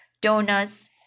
donuts